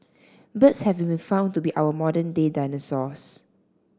birds have been found to be our modern day dinosaurs